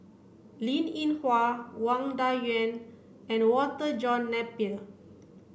Linn In Hua Wang Dayuan and Walter John Napier